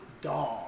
Dog